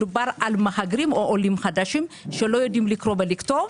מדובר במהגרים או עולים חדשים שלא יודעים לקרוא או לכתוב.